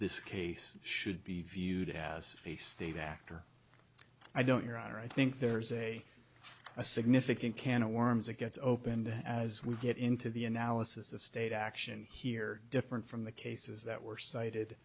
this case should be viewed as a state actor i don't your honor i think there's a a significant can of worms that gets opened as we get into the analysis of state action here different from the cases that were cited